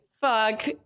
Fuck